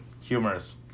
humorous